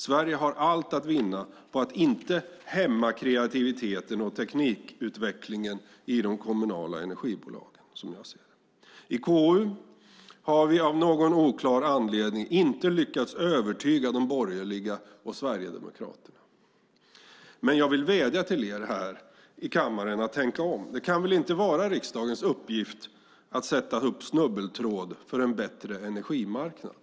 Sverige har allt att vinna på att inte hämma kreativiteten och teknikutvecklingen i de kommunala energibolagen, som jag ser det. I KU har vi av någon oklar anledning inte lyckats övertyga de borgerliga och Sverigedemokraterna. Men jag vill vädja till er här i kammaren att tänka om. Det kan väl inte vara riksdagens uppgift att sätta upp snubbeltråd för en bättre energimarknad.